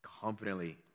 confidently